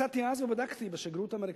בדקתי אז ומצאתי בשגרירות האמריקנית: